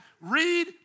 read